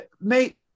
mate